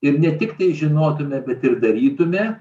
ir ne tiktai žinotume bet ir darytume